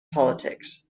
politics